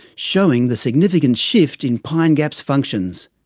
showing the significant shift in pine gap's functions.